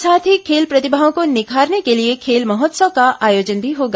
साथ ही खेल प्रतिभाओं को निखारने के लिए खेल महोत्सव का आयोजन भी होगा